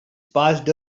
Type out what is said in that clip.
passed